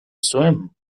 swim